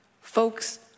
folks